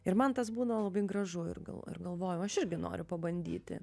ir man tas būna labai gražu ir gal ir galvojau aš irgi noriu pabandyti